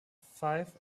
five